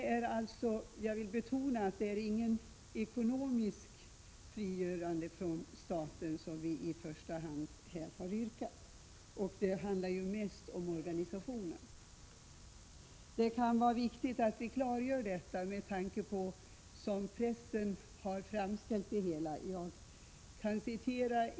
Jag vill betona att det inte är något ekonomiskt frigörande från staten som vi i första hand har yrkat — det handlar mest om organisationen. Det kan vara viktigt att klargöra detta med tanke på det sätt på vilket pressen har framställt det hela.